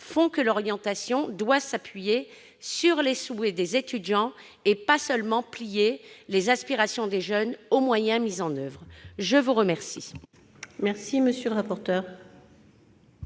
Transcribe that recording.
font que l'orientation doit s'appuyer sur les souhaits des étudiants et non se contenter de plier les aspirations des jeunes aux moyens mis en oeuvre. Quel